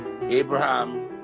Abraham